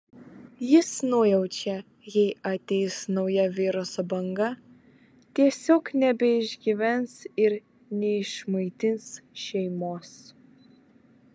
jis nujaučia jei ateis nauja viruso banga tiesiog nebeišgyvens ir neišmaitins šeimos